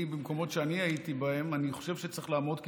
במקומות שאני הייתי בהם אני חושב שצריך לעמוד,